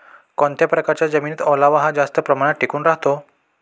कोणत्या प्रकारच्या जमिनीत ओलावा हा जास्त प्रमाणात टिकून राहतो?